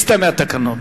שיסטה מהתקנון.